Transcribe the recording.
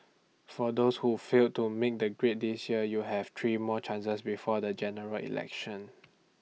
for those who failed to make the grade this year you have three more chances before the General Election